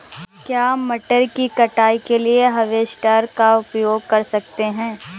क्या मटर की कटाई के लिए हार्वेस्टर का उपयोग कर सकते हैं?